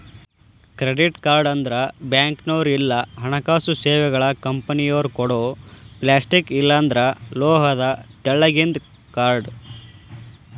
credit card ಅಂದ್ರ ಬ್ಯಾಂಕ್ನೋರ್ ಇಲ್ಲಾ ಹಣಕಾಸು ಸೇವೆಗಳ ಕಂಪನಿಯೊರ ಕೊಡೊ ಪ್ಲಾಸ್ಟಿಕ್ ಇಲ್ಲಾಂದ್ರ ಲೋಹದ ತೆಳ್ಳಗಿಂದ ಕಾರ್ಡ್